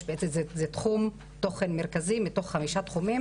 זה תחום תוכן מרכזי מתוך חמישה תחומים